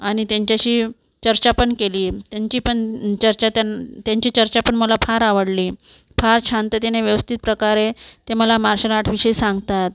आणि त्यांच्याशी चर्चा पण केलीय त्यांची पण चर्चा त्यानं त्यांची चर्चा पण मला फार आवडली फार शांततेने व्यवस्थित प्रकारे ते मला मार्शल आर्टविषयी सांगतात